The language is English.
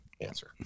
answer